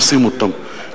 עושים אותם.